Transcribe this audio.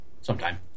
sometime